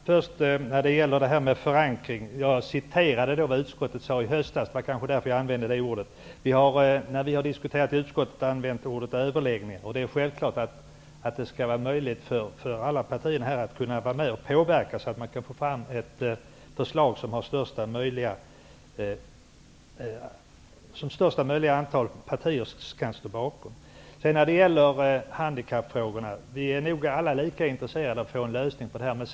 Herr talman! När jag talade om förankring citerade jag vad utskottet sade i höstas. Det var kanske därför jag använde det ordet. Vi har, när vi har diskuterat i utskottet, använt ordet överläggningar. Det är självklart att det skall vara möjligt för alla partier att vara med och påverka, så att vi kan få fram det förslag som största möjliga antal partier kan stå bakom. Vi är nog alla lika intresserade av att få en lösning på handikappfrågorna.